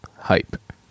hype